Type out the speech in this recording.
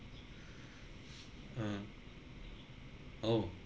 um oh